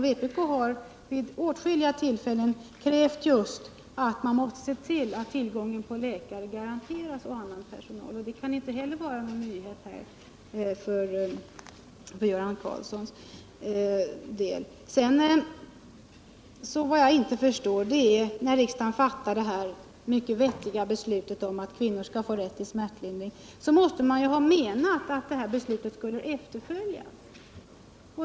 Vpk har vid åtskilliga tillfällen krävt just att man måste se till att tillgången på läkare och annan personal garanteras. Det kan inte heller vara någon nyhet När riksdagen fattade det här mycket vettiga beslutet om att kvinnor skall ha rätt till smärtlindring, måste man ju ha menat att beslutet skulle efterföljas.